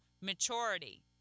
maturity